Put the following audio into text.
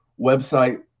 website